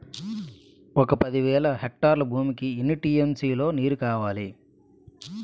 ఒక పది వేల హెక్టార్ల భూమికి ఎన్ని టీ.ఎం.సీ లో నీరు కావాలి?